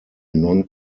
non